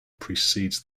precedes